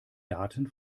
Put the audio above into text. daten